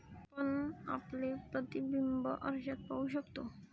आपण आपले प्रतिबिंब आरशात पाहू शकतो